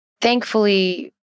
thankfully